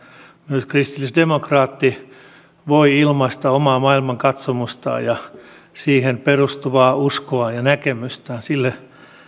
myös kristillisdemokraatti voi ilmaista omaa maailmankatsomustaan ja siihen perustuvaa uskoaan ja näkemystään sille